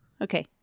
Okay